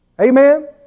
Amen